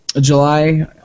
July